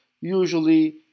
usually